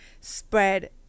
spread